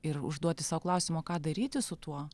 ir užduoti sau klausimą o ką daryti su tuo